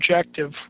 objective